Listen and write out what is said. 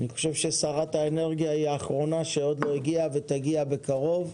אני חושב ששרת האנרגיה היא האחרונה שעוד לא הגיעה ותגיע בקרוב.